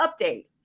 update